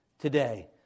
today